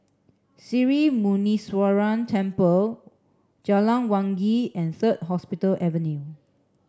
Sri Muneeswaran Temple Jalan Wangi and Third Hospital Avenue